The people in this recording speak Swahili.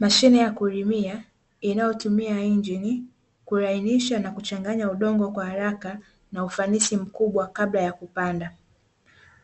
Mashine ya kulimia inayotumia injini kulainisha na kuchanganya udongo kwa haraka na ufanisi mkubwa kabla ya kupanda.